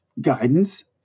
guidance